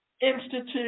institute